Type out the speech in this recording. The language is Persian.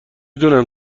دونم